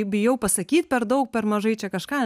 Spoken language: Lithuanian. bijau pasakyt per daug per mažai čia kažką